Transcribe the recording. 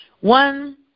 one